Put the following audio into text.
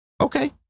Okay